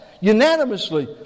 unanimously